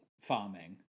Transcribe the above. farming